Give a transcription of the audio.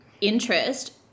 interest